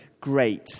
great